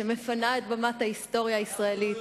שמפנה את במת ההיסטוריה הישראלית,